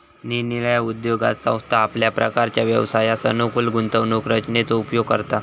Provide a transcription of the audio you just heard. निरनिराळ्या उद्योगात संस्था आपल्या प्रकारच्या व्यवसायास अनुकूल गुंतवणूक रचनेचो उपयोग करता